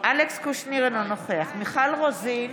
אלכס קושניר, אינו נוכח מיכל רוזין,